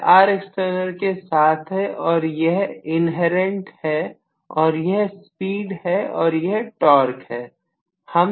यह Rext के साथ है और यह इन्हेरेंट है और यह स्पीड है और यह टॉर्क है